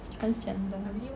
transgender